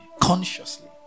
consciously